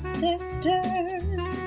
sisters